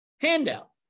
handout